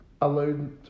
allowed